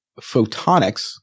photonics –